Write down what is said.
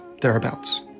thereabouts